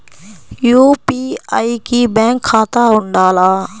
UPI కి bank ఖాతా ఉండాల?